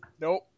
Nope